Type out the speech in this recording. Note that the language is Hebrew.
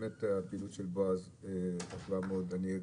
הפעילות של בועז חשובה מאוד.